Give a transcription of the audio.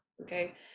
Okay